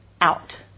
out